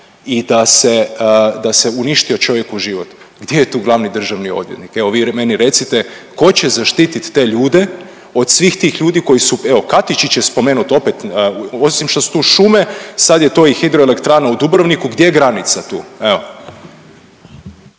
da se uništio čovjeku život. Gdje je tu glavni državni odvjetnik? Evo vi meni recite tko će zaštiti te ljude od svih tih ljudi koji su, evo Katičić je spomenut opet osim što su tu šume sad je to i Hidroelektrana u Dubrovniku, gdje je granica tu